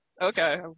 Okay